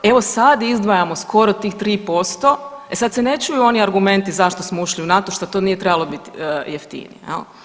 Evo sad izdvajamo skoro tih 3%, e sad se ne čuju oni argumenti zašto smo ušli u NATO, šta to nije trebalo bit jeftinije jel.